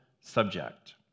subject